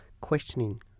questioning